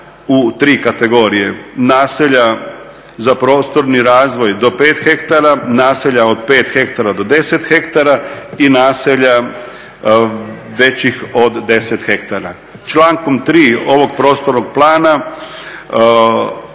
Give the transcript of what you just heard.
u tri kategorije: naselja za prostorni razvoj do 5 hektara, naselja od 5 hektara do 10 hektara i naselja većih od 10 hektara. Člankom 3. ovog prostornog plana